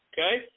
Okay